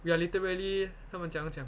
we are literally 他们怎样讲